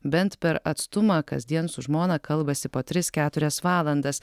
bent per atstumą kasdien su žmona kalbasi po tris keturias valandas